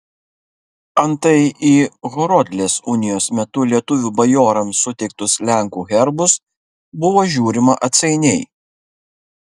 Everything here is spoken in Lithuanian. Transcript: antai į horodlės unijos metu lietuvių bajorams suteiktus lenkų herbus buvo žiūrima atsainiai